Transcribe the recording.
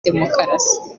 demokarasi